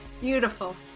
Beautiful